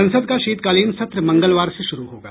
संसद का शीतकालीन सत्र मंगलवार से शुरू होगा